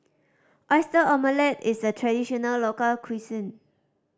Oyster Omelette is a traditional local cuisine